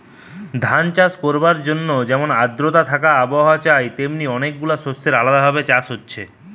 ধান চাষ করবার লিগে যেমন আদ্রতা থাকা আবহাওয়া চাই তেমনি অনেক গুলা শস্যের আলদা ভাবে চাষ হতিছে